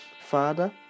Father